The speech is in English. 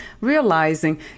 realizing